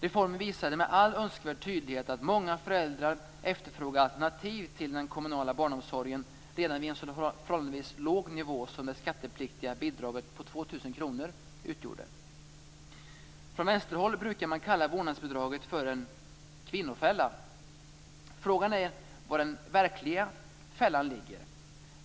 Reformen visade med all önskvärd tydlighet att många föräldrar efterfrågar alternativ till den kommunala barnomsorgen, redan vid en så förhållandevis låg nivå som det skattepliktiga bidraget på Från vänsterhåll brukar man kalla vårdnadsbidraget en kvinnofälla. Frågan är var den verkliga fällan ligger.